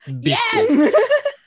Yes